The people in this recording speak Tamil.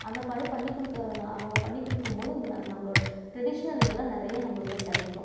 அந்தமாதிரி பண்ணி கொடுக்கறனா அவங்க பண்ணி கொடுக்கும் போது நம்பளோட ட்ரெடிஷ்னல் இது எல்லாம் நிறைய நம்பளுக்கு கிடைக்கும்